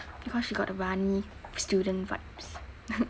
because she got the rani student vibes